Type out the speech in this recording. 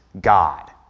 God